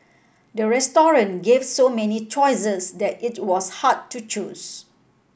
the restaurant gave so many choices that it was hard to choose